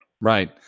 Right